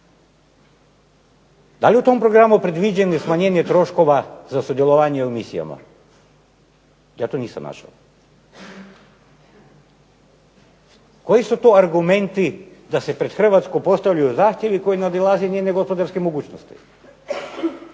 Da li je u tom programu predviđeno i smanjenje troškova za sudjelovanje u misijama? Ja to nisam našao. Koji su to argumenti da se pred Hrvatsku postavljaju zahtjevi koji nadilaze njezine gospodarske mogućnosti?